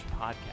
Podcast